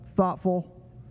thoughtful